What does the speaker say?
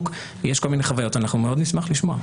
החברה.